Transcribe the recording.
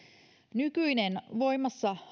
nykyisin voimassa